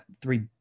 three